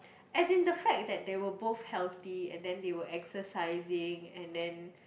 as in the fact that they were both healthy and then they were exercising and then